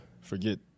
Forget